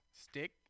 stick